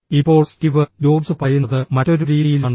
ഇപ്പോൾ Steve Jobs പറയുന്നത് മറ്റൊരു രീതിയിലാണ്